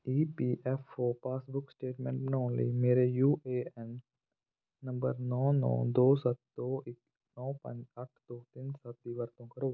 ਈ P F O passbook statement ਬਣਾਉਣ ਲਈ ਮੇਰੇ ਯੂ ਏ ਐੱਨ ਨੰਬਰ ਨੌ ਨੌ ਦੋ ਸੱਤ ਦੋ ਇੱਕ ਨੌ ਪੰਜ ਅੱਠ ਦੋ ਤਿੰਨ ਸੱਤ ਦੀ ਵਰਤੋਂ ਕਰੋ